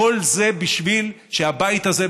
כל זה שבשביל שהבית הזה,